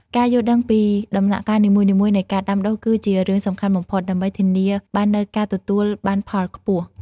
ការយល់ដឹងពីដំណាក់កាលនីមួយៗនៃការដាំដុះគឺជារឿងសំខាន់បំផុត ដើម្បីធានាបាននូវការទទួលបានផលខ្ពស់។